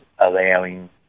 allowing